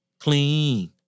Clean